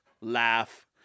Laugh